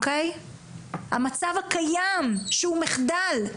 המצב קיים שהוא מחדל,